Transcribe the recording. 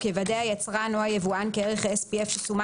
יוודא היצרן או היבואן כי ערך ה-SPF שסומן